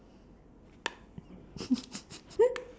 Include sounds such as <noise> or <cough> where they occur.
<laughs>